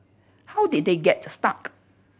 how did they get stuck